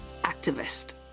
activist